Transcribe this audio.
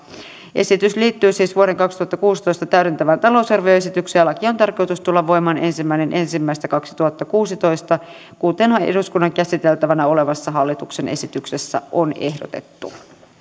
esitys liittyy siis vuoden kaksituhattakuusitoista täydentävään talousarvioesitykseen ja lain on tarkoitus tulla voimaan ensimmäinen ensimmäistä kaksituhattakuusitoista kuten eduskunnan käsiteltävänä olevassa hallituksen esityksessä on ehdotettu